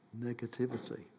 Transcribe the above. negativity